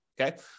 okay